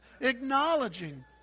acknowledging